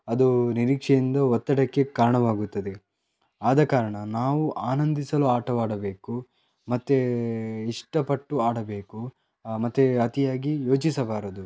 ಅದು ನಿರೀಕ್ಷೆಯಿಂದ ಒತ್ತಡಕ್ಕೆ ಕಾರಣವಾಗುತ್ತದೆ ಆದ ಕಾರಣ ನಾವು ಆನಂದಿಸಲು ಆಟವಾಡಬೇಕು ಮತ್ತು ಇಷ್ಟಪಟ್ಟು ಆಡಬೇಕು ಮತ್ತು ಅತಿಯಾಗಿ ಯೋಚಿಸಬಾರದು